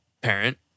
parent